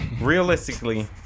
realistically